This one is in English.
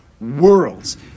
worlds